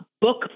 book